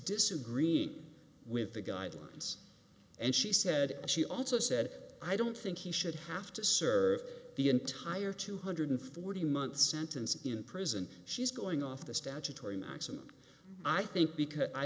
disagreeing with the guidelines and she said she also said i don't think he should have to serve the entire two hundred forty month sentence in prison she's going off the statutory maximum i think because i